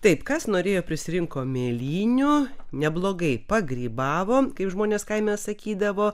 taip kas norėjo prisirinko mėlynių neblogai pagrybavom kai žmonės kaime sakydavo